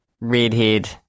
redhead